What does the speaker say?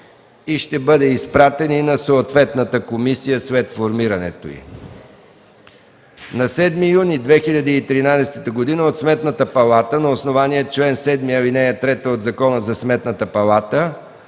и ще бъде изпратен на съответната комисия, след формирането й. На 7 юни 2013 г. от Сметната палата, на основание чл. 7, ал. 3 от Закона за Сметната палата,